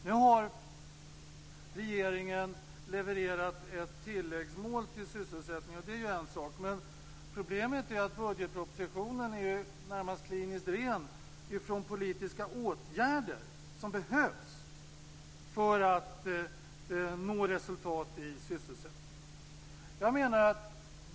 Nu har regeringen levererat ett tilläggsmål när det gäller sysselsättningen, men problemet är att budgetpropositionen i det närmaste är kliniskt ren från de politiska åtgärder som behövs för att nå resultat i sysselsättningen.